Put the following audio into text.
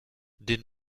den